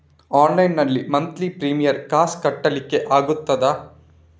Online ನಲ್ಲಿ monthly premium ಕಾಸ್ ಕಟ್ಲಿಕ್ಕೆ ಆಗ್ತದಾ?